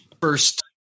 first